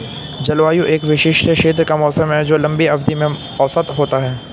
जलवायु एक विशिष्ट क्षेत्र का मौसम है जो लंबी अवधि में औसत होता है